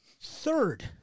Third